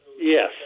Yes